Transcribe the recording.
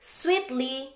sweetly